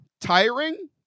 tiring